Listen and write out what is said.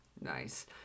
Nice